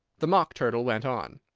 the mock turtle went on